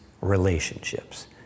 relationships